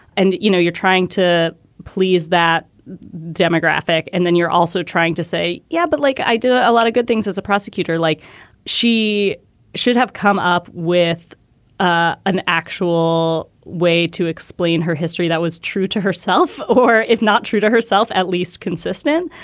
and, you know, you're trying to please that demographic and then you're also trying to say, yeah, but like i do a lot of good things as a prosecutor, like she should have come up with ah an actual way to explain her history that was true to herself or if not true to herself, at least consistent.